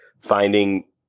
finding